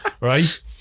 right